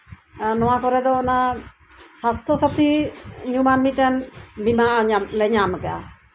ᱮᱸᱜ ᱱᱚᱶᱟ ᱠᱚᱨᱮ ᱫᱚ ᱚᱱᱟ ᱥᱟᱥᱛᱷᱚ ᱥᱟᱛᱷᱤ ᱧᱩᱢᱟᱱ ᱢᱤᱫᱴᱮᱱ ᱵᱤᱢᱟᱹ ᱞᱮ ᱧᱟᱢᱟ ᱧᱟᱢ ᱟᱠᱟᱫᱼᱟ